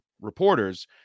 reporters